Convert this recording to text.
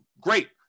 Great